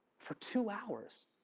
for two hours,